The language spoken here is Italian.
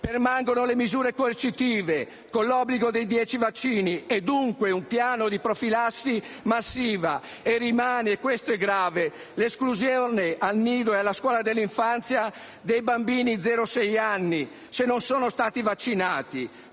permangono le misure coercitive con l'obbligo di 10 vaccini e, dunque, un piano di profilassi massiva, e rimane - e questo è grave - l'esclusione dal nido e dalla scuola dell'infanzia dei bambini da zero a sei anni se non sono stati vaccinati.